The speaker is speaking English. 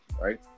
Right